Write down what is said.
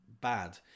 bad